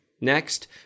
next